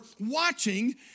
watching